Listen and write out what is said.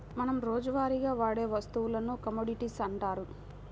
మనం రోజువారీగా వాడే వస్తువులను కమోడిటీస్ అంటారు